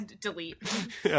Delete